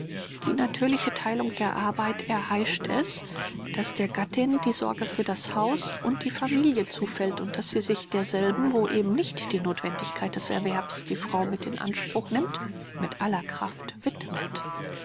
die natürliche theilung der arbeit erheischt es daß der gattin die sorge für das haus und die familie zufällt und daß sie sich derselben wo eben nicht die nothwendigkeit des erwerbs die frau mit in anspruch nimmt mit aller kraft widmet